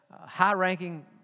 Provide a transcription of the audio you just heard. high-ranking